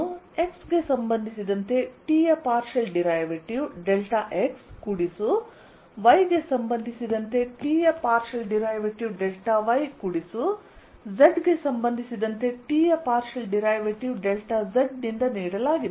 ಇದನ್ನು x ಗೆ ಸಂಬಂಧಿಸಿದಂತೆ T ಯ ಪಾರ್ಷಿಯಲ್ ಡಿರೈವೇಟಿವ್ ಡೆಲ್ಟಾ x ಕೂಡಿಸು y ಗೆ ಸಂಬಂಧಿಸಿದಂತೆ T ಯ ಪಾರ್ಷಿಯಲ್ ಡಿರೈವೇಟಿವ್ ಡೆಲ್ಟಾ y ಕೂಡಿಸುz ಗೆ ಸಂಬಂಧಿಸಿದಂತೆ T ಯ ಪಾರ್ಷಿಯಲ್ ಡಿರೈವೇಟಿವ್ ಡೆಲ್ಟಾ z ನಿಂದ ನೀಡಲಾಗಿದೆ